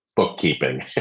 Bookkeeping